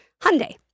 Hyundai